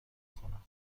کنم